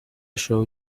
show